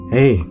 Hey